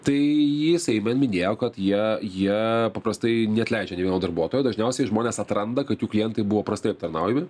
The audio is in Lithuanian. tai jisai man minėjo kad jie jie paprastai neatleidžia darbuotojo dažniausiai žmonės atranda kad jų klientai buvo prastai aptarnaujami